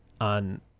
on